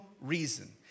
reason